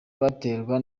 baterwa